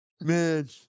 man